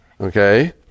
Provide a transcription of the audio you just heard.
Okay